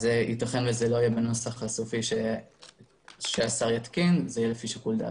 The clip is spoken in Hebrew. יתכן וזה לא יהיה בנוסח הסופי שהשר יתקין אלא יהיה לפי שיקול דעתו.